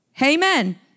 amen